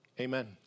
Amen